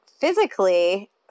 physically